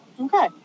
okay